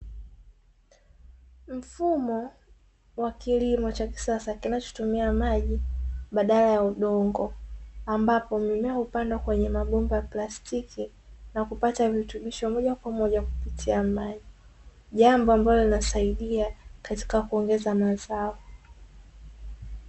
Mfumo wa kilimo cha kisasa kinachotumia maji badala ya udongo ambapo mimea upandwa kwenye mabomba ya plastiki na kupata virutubisho moja kwa moja kupitia maji, jambo ambalo linasaidia katika kuongeza mazao.